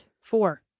four